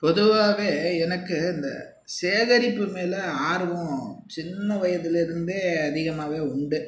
பொதுவாகவே எனக்கு இந்த சேகரிப்பு மேல் ஆர்வம் சின்ன வயதுலேருந்தே அதிகமாவே உண்டு